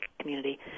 community